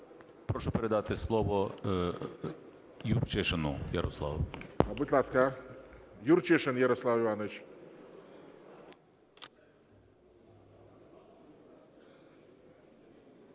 Прошу передати слово Юрчишину Ярославу. ГОЛОВУЮЧИЙ. Будь ласка, Юрчишин Ярослав Романович.